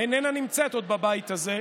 איננה נמצאת עוד בבית הזה,